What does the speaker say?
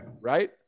Right